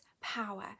power